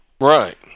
Right